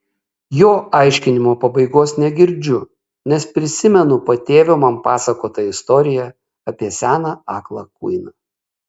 jo aiškinimo pabaigos negirdžiu nes prisimenu patėvio man pasakotą istoriją apie seną aklą kuiną